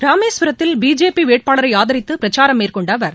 ராமேஸ்வரத்தில் பிஜேபி வேட்பாளரை ஆதரித்து பிரச்சாரம் மேற்கொண்ட அவர்